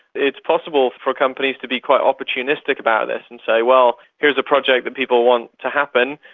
it's possible for companies to be quite opportunistic about this and say, well, here's a project that people want to happen,